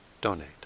donate